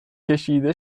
کشیده